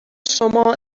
شما